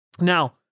now